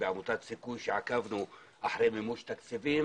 בעמותת סיכוי שבה עקבנו אחרי מימוש תקציבים